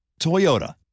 Toyota